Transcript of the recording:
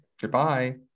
Goodbye